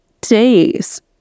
days